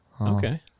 Okay